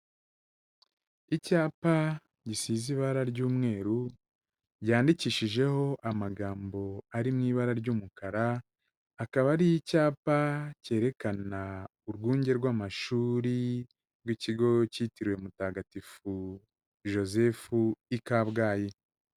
Icyapa gisize ibara ry'umweru, ryandikishijeho amagambo ari mu ibara ry'umukara, akaba ari icyapa cyerekana urwunge rw'amashuri rw'ikigo cyitiriwe Mutagatifu Joseph, i Kabgayi.